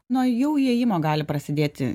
na jau įėjimo gali prasidėti